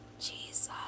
Jesus